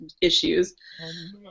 issues